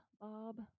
Bob